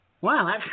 Wow